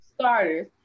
starters